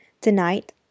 Tonight